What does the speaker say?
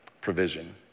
provision